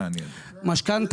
זכאים,